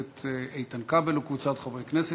אין מתנגדים.